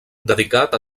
dedicat